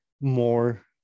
more